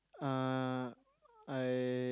uh I